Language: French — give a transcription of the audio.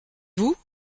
vous